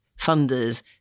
funders